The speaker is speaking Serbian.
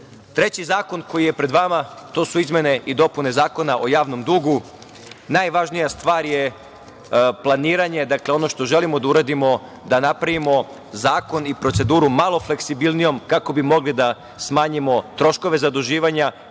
zakon koji je pred vama to su izmene i dopune Zakona o javnom dugu. Najvažnija stvar je planiranje, dakle, ono što želimo da uradimo, da napravimo zakon i proceduru malo fleksibilnijom kako bi mogli da smanjimo troškove zaduživanja,